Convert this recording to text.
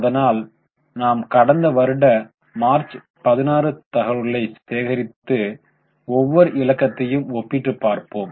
அதனால் நாம் கடந்த வருட மார்ச் 16 தகவல்களை சேகரித்து ஒவ்வொரு இலக்கத்தையும் ஒப்பிட்டு பார்ப்போம்